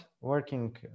working